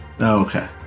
Okay